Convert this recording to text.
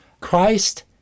Christ